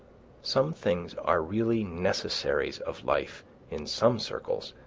some things are really necessaries of life in some circles,